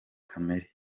kamere